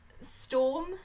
storm